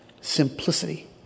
Simplicity